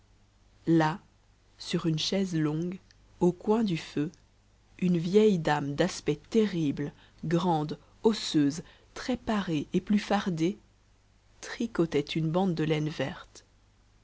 là sur une chaise longue au coin du feu une vieille dame d'aspect terrible grande osseuse très parée et plus fardée tricotait une bande de laine verte